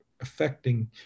affecting